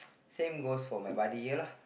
same goes for my buddy here lah